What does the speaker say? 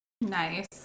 Nice